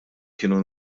kienu